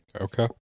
okay